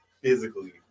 physically